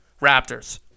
Raptors